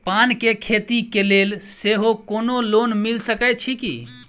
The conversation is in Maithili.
पान केँ खेती केँ लेल सेहो कोनो लोन मिल सकै छी की?